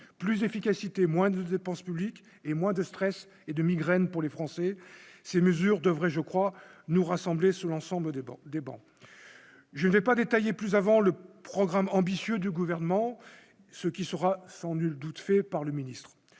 plus d'efficacité et moins de dépenses publiques et moins de stress et de migraine pour les Français, ces mesures devraient je crois nous rassembler sur l'ensemble des banques, des banques, je vais pas détailler plus avant le programme ambitieux du gouvernement, ce qui sera sans nul doute fait par le ministre,